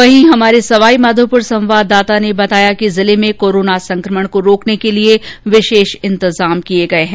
वहीं हमारे सवाईमाघोपुर संवाददाता ने बताया कि जिले में कोराना संकमण रोकने के लिए विशेष इंतजाम किये गये है